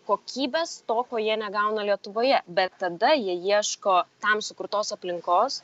kokybės to ko jie negauna lietuvoje bet tada jie ieško tam sukurtos aplinkos